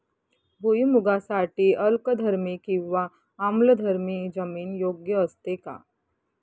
भुईमूगासाठी अल्कधर्मी किंवा आम्लधर्मी जमीन योग्य असते का?